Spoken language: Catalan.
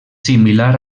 similar